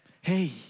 hey